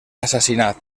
assassinat